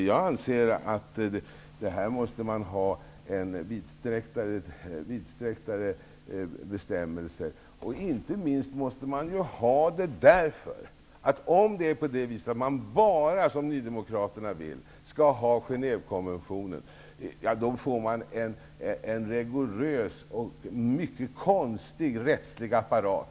Jag anser att man måste ha en vidsträcktare be stämmelse, inte minst därför att man får en rigo rös och mycket konstig rättslig apparat om man -- som Nydemokraterna vill -- bara tillämpar Genè vekonventionen.